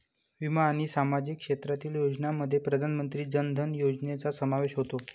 विमा आणि सामाजिक क्षेत्रातील योजनांमध्ये प्रधानमंत्री जन धन योजनेचा समावेश होतो